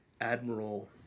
admiral